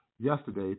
yesterday